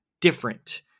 different